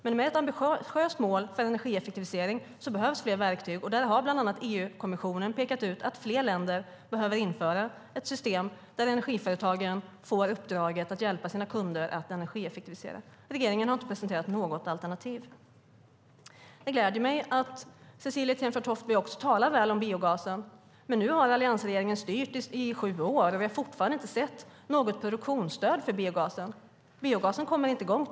Med ett ambitiöst mål för energieffektivisering behövs det fler verktyg, och där har bland annat EU-kommissionen pekat ut att fler länder behöver införa ett system där energiföretagen får uppdraget att hjälpa sina kunder att energieffektivisera. Regeringen har inte presenterat något alternativ. Det gläder mig att Cecilie Tenfjord-Toftby talar väl om biogasen, men nu har alliansregeringen styrt i sju år, och vi har fortfarande inte sett något produktionsstöd för biogasen. Biogasproduktionen kommer inte i gång.